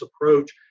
approach